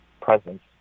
presence